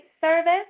service